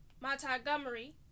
Montgomery